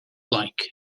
like